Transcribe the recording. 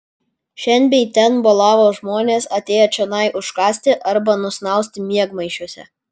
šen bei ten bolavo žmonės atėję čionai užkąsti arba nusnausti miegmaišiuose